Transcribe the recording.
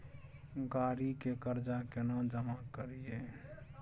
गाड़ी के कर्जा केना जमा करिए?